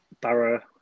Barrow